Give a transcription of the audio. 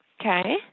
Okay